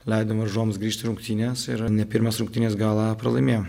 leidom varžovams grįžt rungtynes ir ne pirmas rungtynes galą pralaimėjom